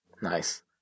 Nice